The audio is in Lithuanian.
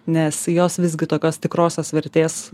nes jos visgi tokios tikrosios vertės